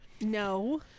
No